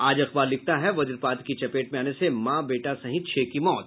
आज अखबार लिखता है वज्रपात की चपेट में आने से मॉ बेटा सहित छह की मौत